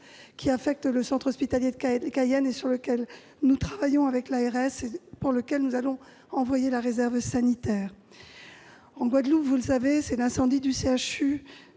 qui affecte le centre hospitalier de Cayenne. Nous travaillons sur ce problème avec l'ARS et nous allons envoyer la réserve sanitaire. En Guadeloupe, vous le savez, c'est l'incendie du CHU